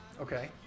okay